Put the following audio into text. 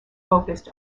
focused